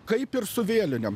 kaip ir su vėlinėm